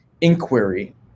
inquiry